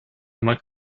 immer